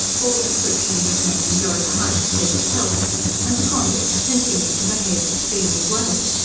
all descriptions of men enjoy the highest state of health and the convicts continue to behave extremely well.